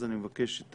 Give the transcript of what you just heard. אז אני מבקש את